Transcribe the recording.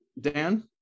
Dan